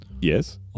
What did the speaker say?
yes